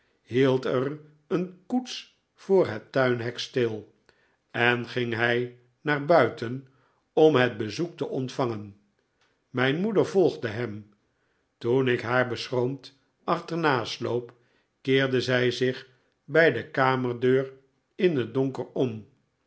hield er een koets voor het tuinhek stil en ging hij naar buiten om het bezoek te ontvangen mijn moeder volgde hem toen ik haar beschroomd achternasloop keerde zij zich bij de kamerdeur in het donker om